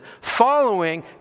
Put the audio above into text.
following